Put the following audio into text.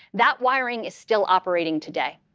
that wiring is still operating today.